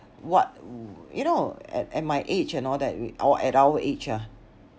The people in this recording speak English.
what you know at at my age and all that we or at our age ah